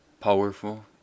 Powerful